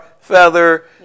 feather